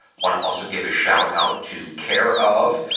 wanna also give a shout out to care of.